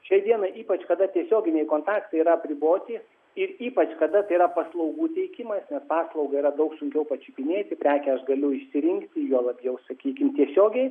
šiai dienai ypač kada tiesioginiai kontaktai yra apriboti ir ypač kada tai yra paslaugų teikimas nes paslaugą yra daug sunkiau pačiupinėti prekę aš galiu išsirinkti juo labiau sakykim tiesiogiai